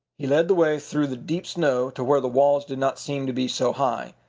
he led the way through the deep snow to where the walls did not seem to be so high.